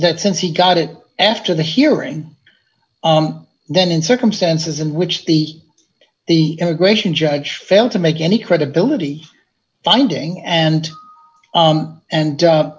that since he got it after the hearing then in circumstances in which the the immigration judge failed to make any credibility finding and and